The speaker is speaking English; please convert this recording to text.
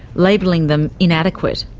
labelling them inadequate.